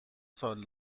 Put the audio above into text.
سال